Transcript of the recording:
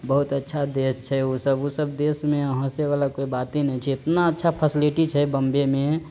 बहुत अच्छा देश छै ऊसब ऊसब देश मे हँसे वला कोइ बाते नै छै ईतना अच्छा फसलिटी छै बम्बे मे